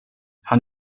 han